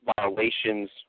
violations